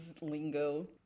lingo